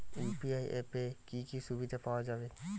UPI অ্যাপে কি কি সুবিধা পাওয়া যাবে?